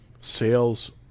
sales